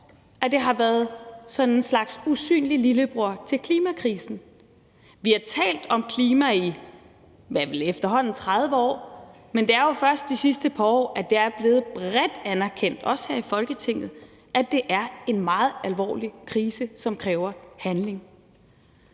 at det har været sådan en slags usynlig lillebror til klimakrisen. Vi har talt om klima i vel efterhånden 30 år, men det er jo først de sidste par år, at det er blevet bredt anerkendt, også her i Folketinget, at det er en meget alvorlig krise, som kræver handling.